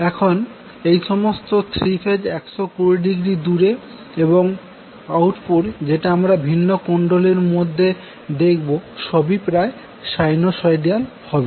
এখন এই সমস্ত 3 ফেজ 120০ দূরে এবং আউটপুট যেটা আমরা ভিন্ন কুণ্ডলীর মধ্যে দেখবো সবই প্রায় সাইনোসয়ডাল হবে